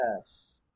Yes